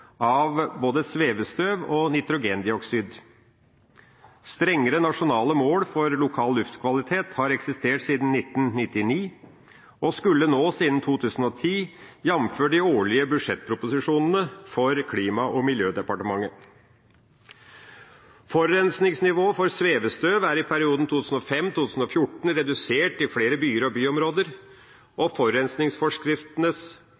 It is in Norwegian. av både svevestøv og nitrogendioksid. Strengere nasjonale mål for lokal luftkvalitet har eksistert siden 1999 og skulle nås innen 2010, jf. de årlige budsjettproposisjonene for Klima- og miljødepartementet. Forurensningsnivået for svevestøv er i perioden 2005–2014 redusert i flere byer og byområder,